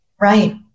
Right